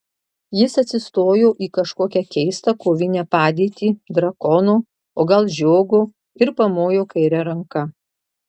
jis atsistojo į kažkokią keistą kovinę padėtį drakono o gal žiogo ir pamojo kaire ranka